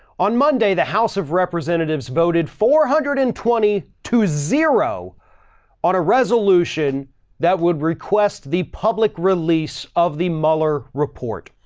on monday, the house of representatives voted four hundred and twenty two zero on a resolution that would request the public release of the mueller report.